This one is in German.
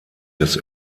des